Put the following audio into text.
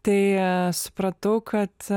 tai supratau kad